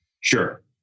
sure